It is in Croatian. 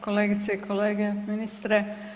Kolegice i kolege, ministre.